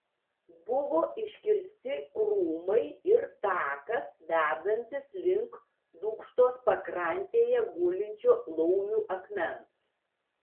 buvo iškirsti krūmai ir takas vedantis link dūkštos pakrantėje gulinčio laumių akmens